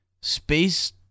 space